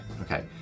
Okay